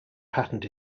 patent